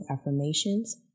affirmations